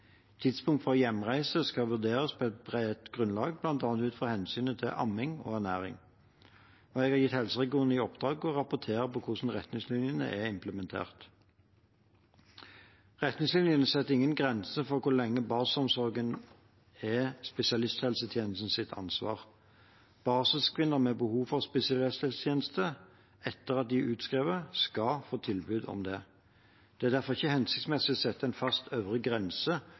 Tidspunkt for hjemreise skal vurderes på et bredt grunnlag, bl.a. ut fra hensynet til amming og ernæring. Jeg har gitt helseregionene i oppdrag å rapportere om hvordan retningslinjen er implementert. Retningslinjen setter ingen grense for hvor lenge barselomsorgen er spesialisthelsetjenestens ansvar. Barselkvinner med behov for spesialisthelsetjeneste etter at de er utskrevet, skal få tilbud om det. Det er derfor ikke hensiktsmessig å sette en fast øvre grense